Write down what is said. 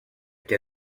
qu’à